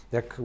Jak